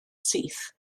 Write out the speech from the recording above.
syth